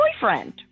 boyfriend